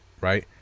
right